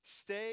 Stay